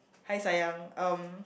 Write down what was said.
hi sayang um